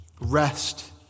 Rest